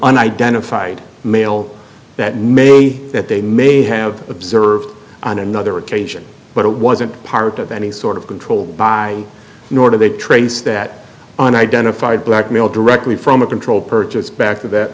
unidentified male that may that they may have observed on another occasion but it wasn't part of any sort of control by nor did they trace that an identified black male directly from a controlled purchase back to that